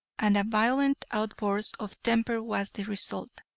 and a violent outburst of temper was the result.